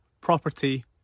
property